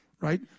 right